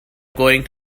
going